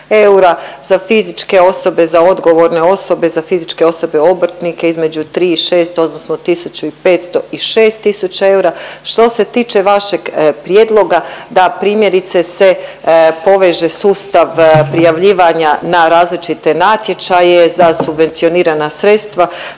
za fizičke osobe, za odgovorne osobe, za fizičke osobe obrtnike, između 3 i 6, odnosno 1500 i 6 tisuća eura. Što se tiče vašeg prijedloga, da primjerice se poveže sustav prijavljivanja na različite natječaje, za subvencionirana sredstva,